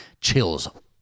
chills